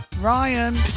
Ryan